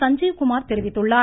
சஞ்ஜீவ் குமார் தெரிவித்துள்ளார்